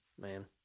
Man